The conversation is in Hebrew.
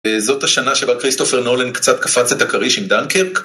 זאת השנה שבה כריסטופר נולן קצת קפץ את הכריש עם דנקרק